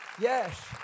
Yes